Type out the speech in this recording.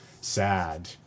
sad